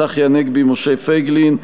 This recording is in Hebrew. צחי הנגבי ומשה פייגלין.